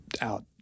out